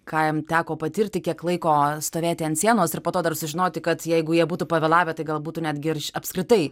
ką jiem teko patirti kiek laiko stovėti ant sienos ir po to dar sužinoti kad jeigu jie būtų pavėlavę tai gal būtų netgi ir apskritai